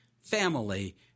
Family